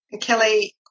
Kelly